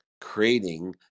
creating